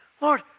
Lord